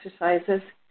exercises